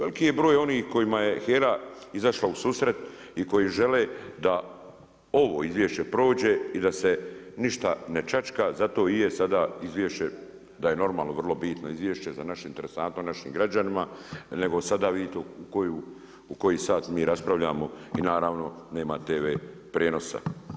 Koliko je broj onih kojima je HREA izašla u susret i koji žele da ovo izvješće prođe i da se ništa ne čačka, zato i je sada izvješće da je normalno, vrlo bitno izvješće za naše interesantno naših građanima, nego sada vidite vi to u koji sat mi raspravljamo i naravno nema TV prijenosa.